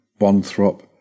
Bonthrop